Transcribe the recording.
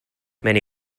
many